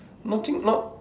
nothing not